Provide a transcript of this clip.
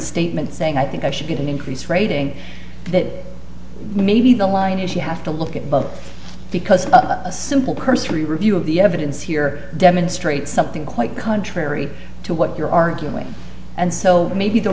statement saying i think i should get an increased rating that maybe the line is you have to look at both because of a simple cursory review of the evidence here demonstrate something quite contrary to what you're arguing and so maybe the